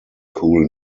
cool